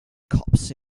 cops